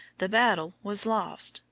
the battle was lost,